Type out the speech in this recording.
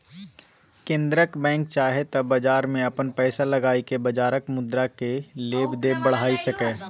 केंद्रक बैंक चाहे त बजार में अपन पैसा लगाई के बजारक मुद्रा केय लेब देब बढ़ाई सकेए